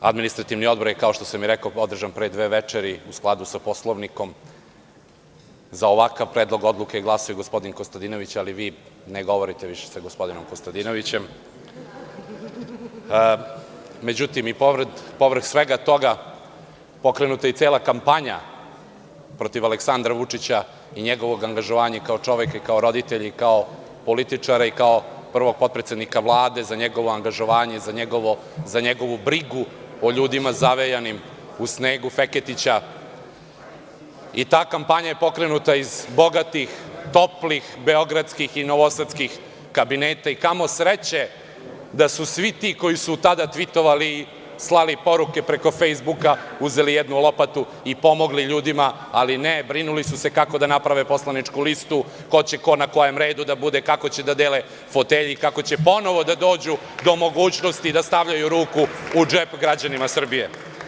Administrativni odbor je, kao što sam rekao, održan pre dve večeri u skladu sa Poslovnikom i za ovakav predlog odluke, glasao je gospodin Konstantinović, ali vi ne govorite više sa gospodinom Konstantinovićem, ali i pored, povrh svega toga, pokrenuta je cela kampanja protiv Aleksandra Vučića i njegovog angažovanja kao čoveka, roditelja i kao političara, kao prvog potpredsednika Vlade za njegovo angažovanje i za njegovu brigu o ljudima zavejanim u snegu Feketića i ta kampanja je pokrenuta iz bogatih toplih beogradskih i novosadskih kabineta i kamo sreće da su svi ti koji su tada tvitovali, slali poruke preko Fejsbuka, uzeli jednu lopatu i pomogli ljudima, ali ne, brinuli su se kako da naprave poslaničku listu, ko će na kom redu da bude, kako će da dele fotelje i kako će ponovo da dođu do mogućnosti da stavljaju ruku u džep građana Srbije.